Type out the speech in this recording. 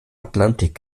atlantik